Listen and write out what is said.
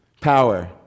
power